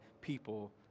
people